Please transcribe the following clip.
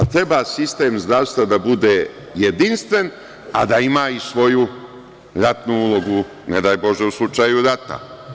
Treba sistem zdravstva da bude jedinstven, a da ima i svoju ratnu ulogu, ne daj Bože, u slučaju rata.